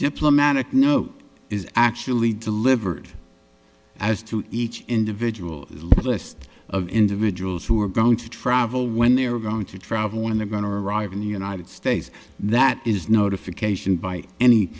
diplomatic note is actually delivered as to each individual list of individuals who are going to travel when they're going to travel when they're going to arrive in the united states that is notification by any